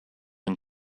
and